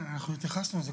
התייחסנו לזה.